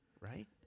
right